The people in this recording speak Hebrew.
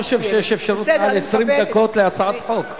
אני לא חושב שיש אפשרות לדבר 20 דקות על הצעת חוק.